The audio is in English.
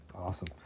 Awesome